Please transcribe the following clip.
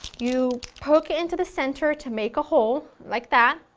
you poke it into the center to make a hole, like that,